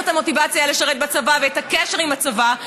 את המוטיבציה לשרת בצבא ואת הקשר עם הצבא,